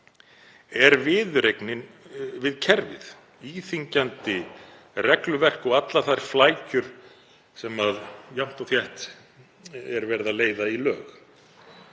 er viðureignin við kerfið, íþyngjandi regluverk og allar þær flækjur sem jafnt og þétt er verið að leiða í lög.